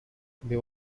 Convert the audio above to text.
there